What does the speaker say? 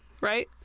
right